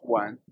one